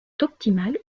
optimal